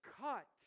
cut